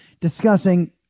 discussing